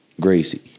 Gracie